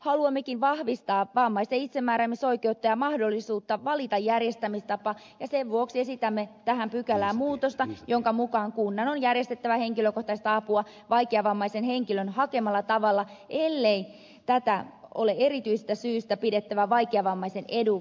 haluammekin vahvistaa vammaisten itsemääräämisoikeutta ja mahdollisuutta valita järjestämistapa ja sen vuoksi esitämme tähän pykälään muutosta jonka mukaan kunnan on järjestettävä henkilökohtaista apua vaikeavammaisen henkilön hakemalla tavalla ellei tätä ole erityisestä syystä pidettävä vaikeavammaisen edun vastaisena